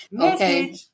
okay